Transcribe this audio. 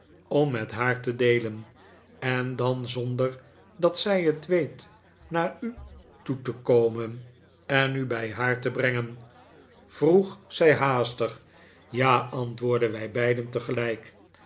om met haar te deelen en dan zonder dat zij het weet naar u toe te komen en u bij haar te brengen vroeg zij haastig ja antwoordden wij beiden tegelijk